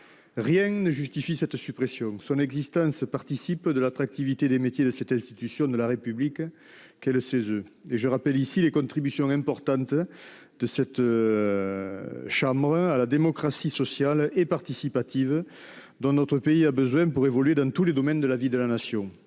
Rien ne justifie cette suppression. Son existence participent de l'attractivité des métiers de cette institution de la République qu'est le 16 et je rappelle ici les contributions importantes. De cette. Chambre à la démocratie sociale et participative. Dans notre pays a besoin pour évoluer dans tous les domaines de la vie de la nation,